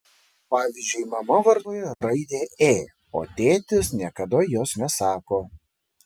pavyzdžiui mama vartoja raidę ė o tėtis niekada jos nesako